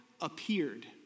appeared